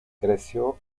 creció